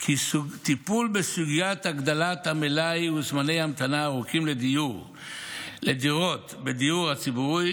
כי הטיפול בסוגיית הגדלת המלאי ובזמני ההמתנה הארוכים לדירות בדיור הציבורי